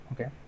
Okay